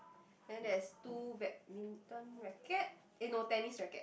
then there's two badminton racket eh no tennis racket